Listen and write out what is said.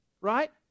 right